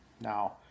Now